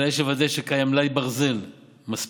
אלא יש לוודא שקיים מלאי ברזל מספיק